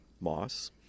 moss